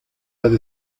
las